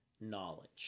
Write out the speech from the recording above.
knowledge